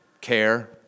care